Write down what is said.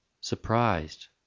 surprised